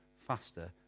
faster